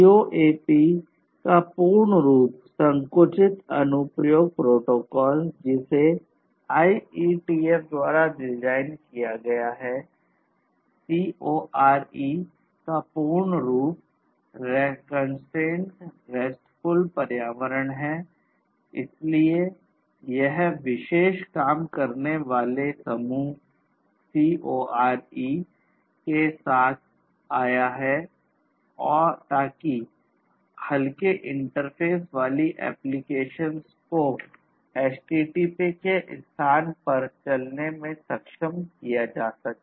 COEP का पूर्ण रूप संकुचित अनुप्रयोग प्रोटोकॉल वाली एप्लीकेशन को HTTP के स्थान पर चलाने को सक्षम किया जा सके